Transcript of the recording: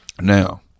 Now